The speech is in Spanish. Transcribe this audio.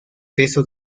peso